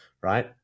right